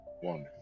One